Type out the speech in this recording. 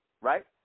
right